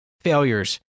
failures